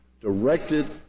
directed